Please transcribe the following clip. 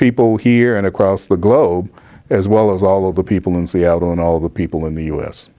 people here and across the globe as well as all of the people in seattle and all the people in the u